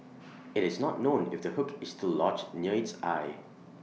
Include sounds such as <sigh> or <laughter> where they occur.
<noise> IT is not known if the hook is still lodged near its eye